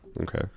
Okay